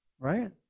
Right